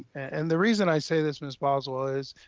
and the reason i say this, ms. boswell, is,